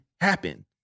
happen